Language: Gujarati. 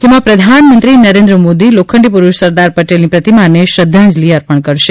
જેમાં પ્રધાનમંત્રી નરેન્દ્ર મોદી લોખંડી પુરુષ સરદાર પટેલની પ્રતિમાને શ્રધ્ધાંજલી અર્પણ કરશે